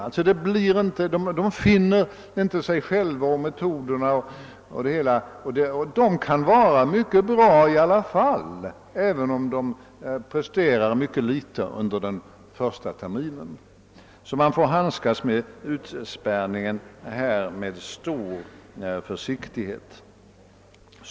De finner inte sig själva, de kommer inte underfund med studiemetoderna osv. Men de kan vara mycket bra i alla fall, även om de presterar mycket litet under den första terminen. Man får alltså handskas med utspärrningen med stor försiktighet.